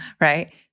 right